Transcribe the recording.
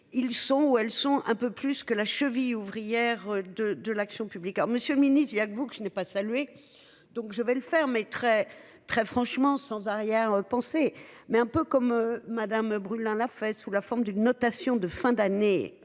ils sont ou elles sont un peu plus que la cheville ouvrière de de l'action publique. Monsieur le ministre, il y a que vous que je n'ai pas salués. Donc je vais le faire mais très très franchement sans arrière-pensée mais un peu comme Madame brûle la fête sous la forme d'une notation de fin d'année.